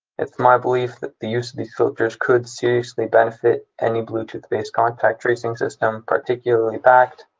it's my belief that the use of these filters could seriously benefit any bluetooth-based contact tracing system, particularly pact,